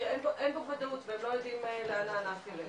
כשהם לא יודעים לאן הענף יילך.